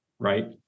right